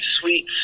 sweet